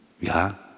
Ja